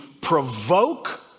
provoke